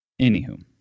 anywho